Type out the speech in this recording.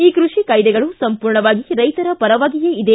ಈ ಕೃಷಿ ಕಾಯ್ದೆಗಳು ಸಂಪೂರ್ಣವಾಗಿ ರೈತರ ಪರವಾಗಿಯೇ ಇದೆ